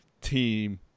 team